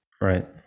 Right